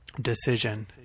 decision